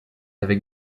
avec